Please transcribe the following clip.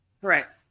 Correct